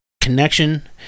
connection